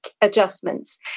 adjustments